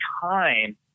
time